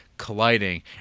colliding